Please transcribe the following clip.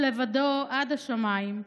לבדו / עד השמיים.